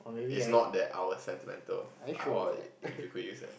it's not that I was sentimental uh or if you could use that